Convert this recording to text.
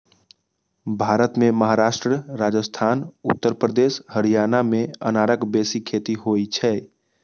भारत मे महाराष्ट्र, राजस्थान, उत्तर प्रदेश, हरियाणा मे अनारक बेसी खेती होइ छै